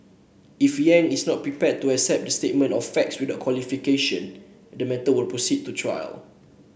if Yang is not prepared to accept the statement of facts without qualification the matter will proceed to trial